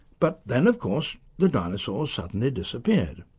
but then of course the dinosaurs suddenly disappeared.